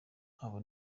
abo